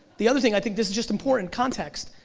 the other thing i think this is just important, context,